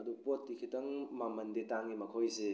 ꯑꯗꯨ ꯄꯣꯠꯇꯤ ꯈꯤꯇꯪ ꯃꯃꯜꯗꯤ ꯇꯥꯡꯉꯤ ꯃꯈꯣꯏꯁꯤ